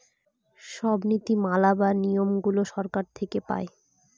সব নীতি মালা বা নিয়মগুলো সরকার থেকে পায়